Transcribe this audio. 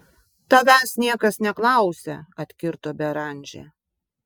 tavęs niekas neklausia atkirto beranžė